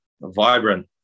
vibrant